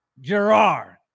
gerard